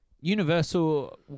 Universal